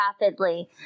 rapidly